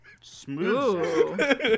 Smooth